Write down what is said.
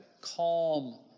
calm